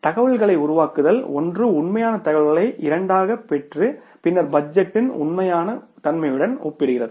எனவே தகவல்களை உருவாக்குதல் ஒன்று உண்மையான தகவல்களை இரண்டாகப் பெற்று பின்னர் பட்ஜெட்டுடன் உண்மையானதை ஒப்பிடுகிறது